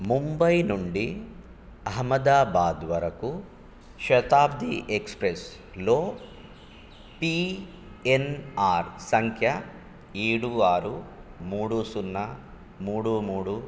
ముంబై నుండి అహ్మదాబాద్ వరకు శతాబ్ది ఎక్స్ప్రెస్లో పీఎన్ఆర్ సంఖ్య ఏడు ఆరు మూడు సున్నా మూడు మూడు